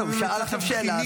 הוא שאל עכשיו שאלה.